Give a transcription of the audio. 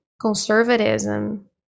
conservatism